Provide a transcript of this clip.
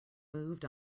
moved